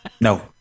No